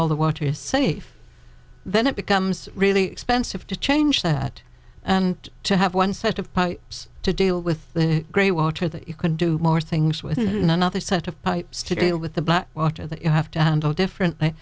all the water is safe then it becomes really expensive to change that and to have one set of pipes to deal with the great water that you can do more things with another set of pipes to do with the black water that you have to handle differently